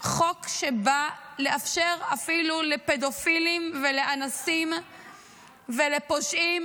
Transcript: שבא לאפשר אפילו לפדופילים ולאנסים ולפושעים